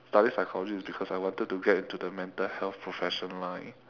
study psychology is because I wanted to get into the mental health profession line